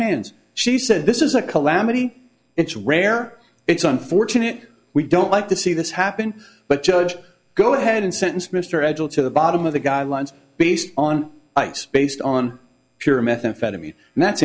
hands she said this is a calamity it's rare it's unfortunate we don't like to see this happen but judge go ahead and sentence mr agile to the bottom of the guidelines based on ice based on pure methamphetamine